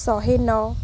ଶହେ ନଅ